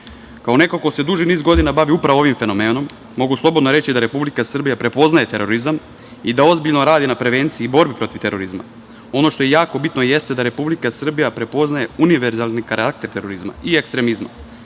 neko ko se duži niz godina bavi ovim fenomenom, mogu slobodno reći da Republika Srbija, prepoznaje terorizam, i da ozbiljno radi na prevenciji i borbi protiv terorizma. Ono što je jako bitno jeste da Republika Srbija prepoznaje univerzalni karakter terorizma i ekstremizma